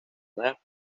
left